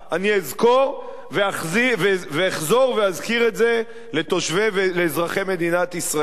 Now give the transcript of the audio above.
אני אזכור ואחזור ואזכיר את זה לתושבי ואזרחי מדינת ישראל,